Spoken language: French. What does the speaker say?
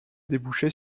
débouché